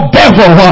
devil